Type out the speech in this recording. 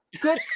Good